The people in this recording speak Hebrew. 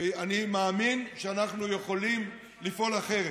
אני מאמין שאנחנו יכולים לפעול אחרת.